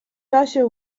czasie